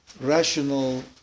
rational